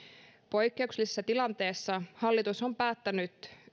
poikkeuksellisessa tilanteessa hallitus on päättänyt